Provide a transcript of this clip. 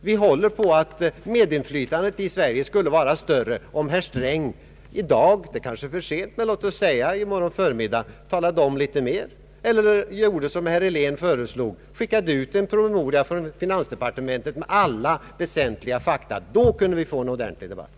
Vi håller på att medinflytandet i Sverige skulle vara större, om herr Sträng i dag eller, om det är för sent, kanske i morgon förmiddag talade om litet mer i kammaren eller gör som herr Helén föreslog: skickade ut en promemoria från finansdepartementet med alla väsentliga fakta. Då kunde vi få en ordentlig debatt.